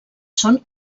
són